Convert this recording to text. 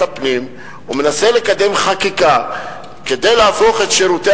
הפנים ומנסה לקדם חקיקה כדי להפוך את שירותי